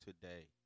today